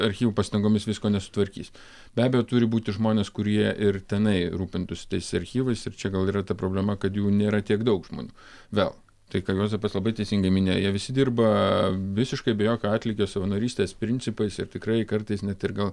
archyvų pastangomis visko nesutvarkys be abejo turi būti žmonės kurie ir tenai rūpintųsi tais archyvais ir čia gal yra ta problema kad jų nėra tiek daug žmonių vėl tai ką juozapas labai teisingai minėj jie visi dirba visiškai be jokio atlygio savanorystės principais ir tikrai kartais net ir gal